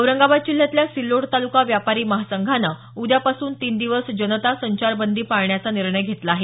औरंगाबाद जिल्ह्यातल्या सिल्लोड तालुका व्यापारी महासंघानं उद्यापासून तीन दिवस जनता संचार बंदी पाळण्याचा निर्णय घेतला आहे